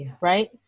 right